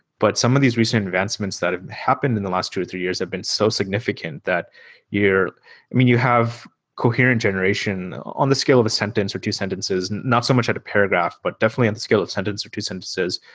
but some of these recent advancements that have happened in the last two or three years have been so significant that your i mean, you have coherent generation on the scale of a sentence or two sentences. not so much at a paragraph, but definitely in the scale of a sentence or two sentences,